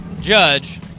judge